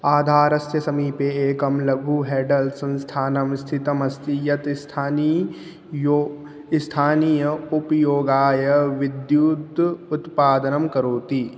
आधारस्य समीपे एकं लघु हेडल् संस्थानं स्थितम् अस्ति यत् स्थानीय स्थानीय उपयोगाय विद्युत् उत्पादनं करोति